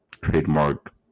trademark